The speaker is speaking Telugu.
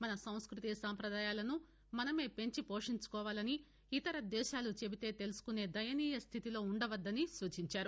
మన సంస్కృతీ సాంపదాయాలను మనమే పెంచి పోషించుకోవాలని ఇతర దేశాలు చెబితే తెలుసుకునే దయనీయ స్దితిలో ఉండవద్దని సూచించారు